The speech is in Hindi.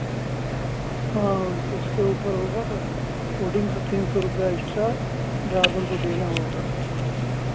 हाँ उसके ऊपर होगा तब फ़ूडिंग का तीन सौ रुपैया एक्स्ट्रा ड्राइवर को देना होगा